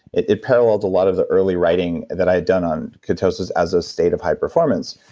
it it paralleled a lot of the early writing that i had done on ketosis as a state of high performance.